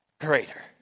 greater